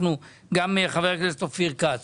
אנחנו גם חבר הכנסת אופיר כץ